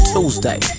Tuesday